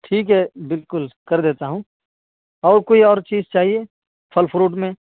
ٹھیک ہے بالکل کر دیتا ہوں اور کوئی اور چیز چاہیے پھل فروٹ میں